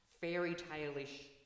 fairy-tale-ish